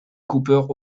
cooper